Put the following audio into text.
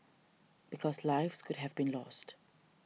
because lives could have been lost